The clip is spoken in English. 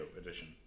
edition